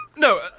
no!